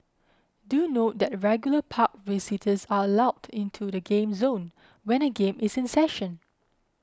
do note that regular park visitors are allowed into the game zone when a game is in session